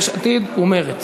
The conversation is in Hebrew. יש עתיד ומרצ.